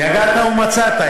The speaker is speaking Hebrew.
יגעת ומצאת.